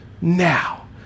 now